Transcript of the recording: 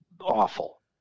awful